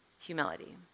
humility